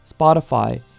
Spotify